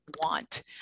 want